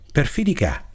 Perfidica